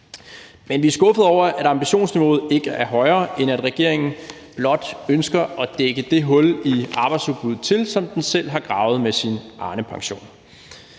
Men vi er skuffede over, at ambitionsniveauet ikke er højere, end at regeringen blot ønsker at dække det hul i arbejdsudbuddet til, som den selv har gravet med sin Arnepension.